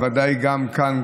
בוודאי גם כאן,